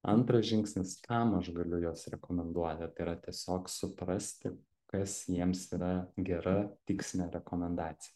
antras žingsnis kam aš galiu juos rekomenduoti tai yra tiesiog suprasti kas jiems yra gera tikslinė rekomendacija